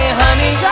honey